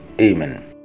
Amen